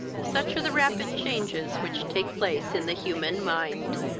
such are the rapid changes which take place in the human mind.